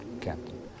captain